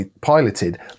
piloted